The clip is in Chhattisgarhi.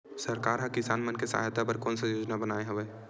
सरकार हा किसान मन के सहायता बर कोन सा योजना बनाए हवाये?